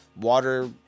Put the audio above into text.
water